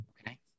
okay